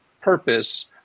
purpose